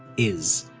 is.